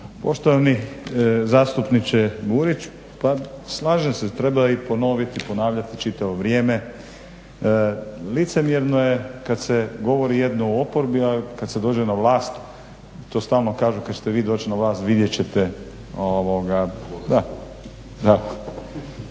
Poštovani zastupniče Burić pa slažem se treba i ponoviti i ponavljati čitavo vrijeme, licemjerno je kad se govori jedno u oporbi, a kad se dođe na vlast to stalno kažu kad ćete vi doći na vlast vidjet ćete.